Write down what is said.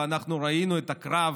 ואנחנו ראינו את הקרב